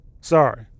Sorry